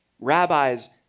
Rabbis